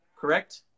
correct